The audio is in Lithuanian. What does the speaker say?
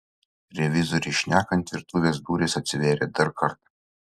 revizoriui šnekant virtuvės durys atsivėrė dar kartą